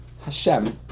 Hashem